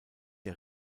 der